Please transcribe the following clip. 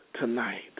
tonight